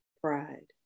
pride